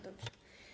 Dobrze.